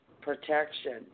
protection